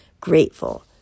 grateful